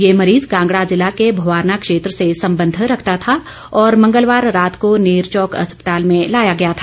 ये मरीज कांगड़ा जिला के भवारना क्षेत्र से संबंध रखता था और मंगलवार रात को नेरवौक अस्पताल में लाया गया था